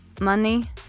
money